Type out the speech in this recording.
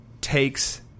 takes